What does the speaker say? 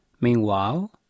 Meanwhile